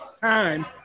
time